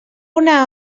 una